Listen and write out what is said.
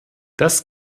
das